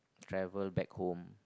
travel back home